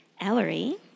Ellery